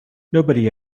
nobody